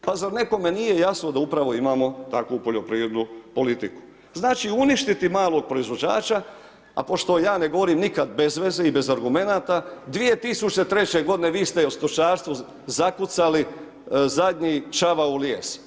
Pa zar nekome nije jasno da upravo imamo takvu poljoprivrednu politiku, znači uništiti malog proizvođača, a pošto ja ne govorim nikad bez veze i bez argumenata, 2003. godine vi ste o stočarstvu zakucali zadnji čavao u lijes.